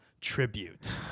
Tribute